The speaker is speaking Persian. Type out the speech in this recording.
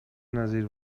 نظیر